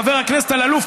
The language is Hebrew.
חבר הכנסת אלאלוף,